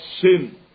sin